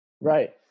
Right